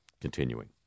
Continuing